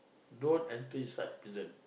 don't until you start prison